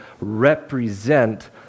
represent